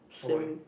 same